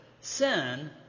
Sin